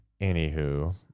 anywho